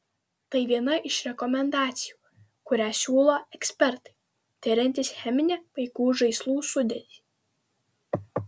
tai viena iš rekomendacijų kurią siūlo ekspertai tiriantys cheminę vaikų žaislų sudėtį